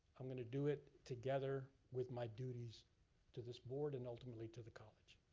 i'm gonna do it together with my duties to this board and ultimately to the college.